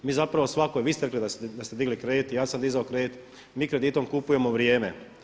Mi zapravo svakoj, vi ste rekli da ste digli kredit i ja sam dizao kredit, mi kreditom kupujemo vrijeme.